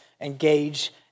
engage